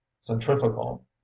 centrifugal